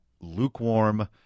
lukewarm